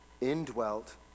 indwelt